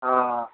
ओ